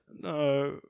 no